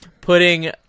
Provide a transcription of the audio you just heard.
putting